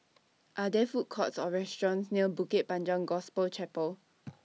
Are There Food Courts Or restaurants near Bukit Panjang Gospel Chapel